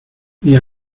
mis